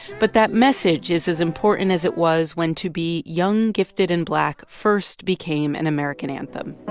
but that message is as important as it was when to be young, gifted and black first became an american anthem